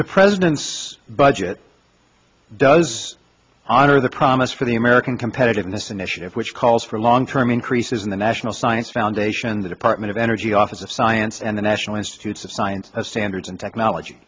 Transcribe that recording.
the president's budget does honor the promise for the american competitiveness initiative which calls for long term increases in the national science foundation the department of energy office of science and the national institutes of science standards and technology